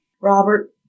Robert